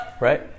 Right